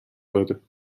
داره